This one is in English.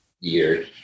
year